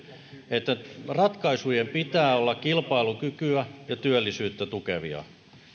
että ratkaisujen pitää olla kilpailukykyä ja työllisyyttä tukevia siis